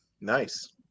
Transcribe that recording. nice